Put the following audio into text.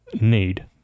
need